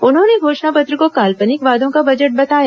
उन्होंने घोषणा पत्र को काल्पनिक वादों का बजट बताया